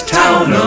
town